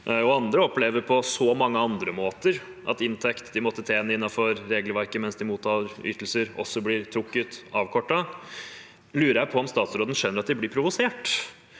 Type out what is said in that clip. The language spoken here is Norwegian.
andre opplever – på så mange andre måter – at inntekt de måtte tjene innenfor regelverket mens de mottar ytelser, også blir trukket og avkortet, da lurer jeg på om statsråden skjønner at de blir provosert.